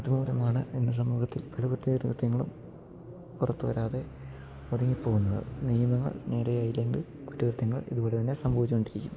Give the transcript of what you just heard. അത് മൂലമാണ് ഇന്ന് സമൂഹത്തിൽ പല കുറ്റകൃത്യങ്ങളും പുറത്ത് വരാതെ ഒതുങ്ങി പോകുന്നത് നിയമങ്ങൾ നേരെ ആയില്ലെങ്കിൽ കുറ്റകൃത്യങ്ങൾ ഇതുപോലെ തന്നെ സംഭവിച്ചോണ്ടിരിക്കും